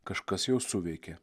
kažkas jau suveikė